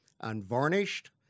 unvarnished